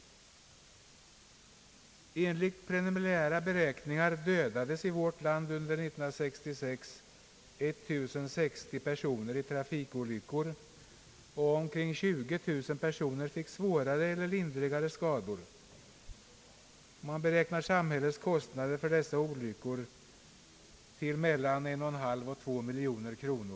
Enligt preliminära beräkningar dödades under år 1966 i vårt land 1 060 personer i trafikolyckor, och omkring 20 000 personer fick svårare eller lindrigare skador. Samhällets kostnader för dessa olyckor beräknas uppgå till mellan 1,5 och 2 miljarder kronor.